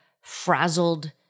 frazzled